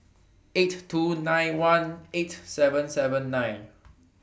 eight thousand two hundred and ninety one eight thousand seven hundred and seventy nine